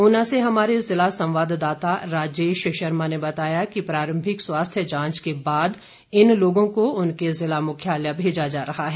ऊना से हमारे जिला संवाददाता राजेश शर्मा ने बताया कि प्रारंभिक स्वास्थ्य जांच के बाद इन लोगों को उनके जिला मुख्यालय भेजा जा रहा है